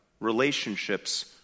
relationships